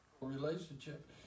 Relationship